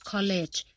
College